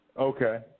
Okay